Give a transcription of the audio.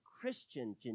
Christian